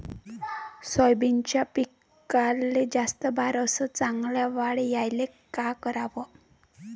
सोयाबीनच्या पिकाले जास्त बार अस चांगल्या वाढ यायले का कराव?